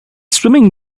swimming